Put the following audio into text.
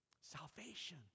Salvation